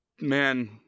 Man